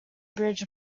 bridge